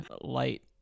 light